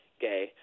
gay